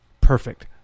Perfect